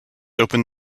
opened